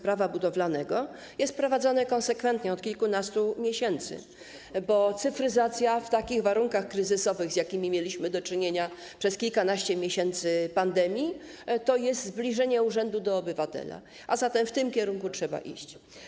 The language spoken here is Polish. Prawa budowlanego jest prowadzone konsekwentnie od kilkunastu miesięcy, bo cyfryzacja w takich warunkach kryzysowych, z jakimi mieliśmy do czynienia przez kilkanaście miesięcy pandemii, jest zbliżeniem urzędu do obywatela, a zatem w tym kierunku trzeba iść.